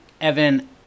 Evan